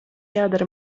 jādara